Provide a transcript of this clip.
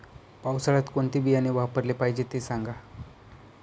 पावसाळ्यात कोणते बियाणे वापरले पाहिजे ते सांगा